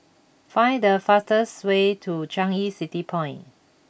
find the fastest way to Changi City Point